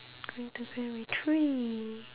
going to primary three